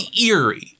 eerie